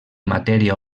matèria